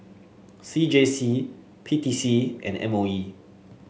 C J C P T C and M O E